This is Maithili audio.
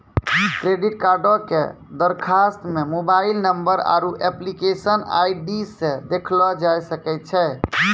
क्रेडिट कार्डो के दरखास्त के मोबाइल नंबर आरु एप्लीकेशन आई.डी से देखलो जाय सकै छै